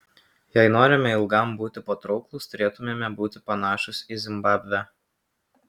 jei norime ilgam būti patrauklūs turėtumėme būti panašūs į zimbabvę